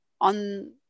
on